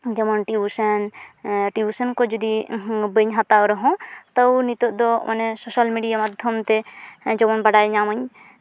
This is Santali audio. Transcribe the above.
ᱡᱮᱢᱚᱱ ᱴᱤᱣᱥᱚᱱ ᱴᱤᱣᱥᱚᱱ ᱠᱚ ᱡᱩᱫᱤ ᱵᱟᱹᱧ ᱦᱟᱛᱟᱣ ᱨᱚᱦᱚᱸ ᱛᱟᱣ ᱱᱤᱛᱚᱜ ᱫᱚ ᱢᱟᱱᱮ ᱥᱳᱥᱟᱞ ᱢᱤᱰᱤᱭᱟ ᱢᱟᱫᱽᱫᱷᱚᱢᱛᱮ ᱡᱮᱢᱚᱱ ᱵᱟᱰᱟᱭ ᱧᱟᱢᱟᱹᱧ